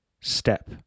step